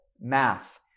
math